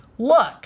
Look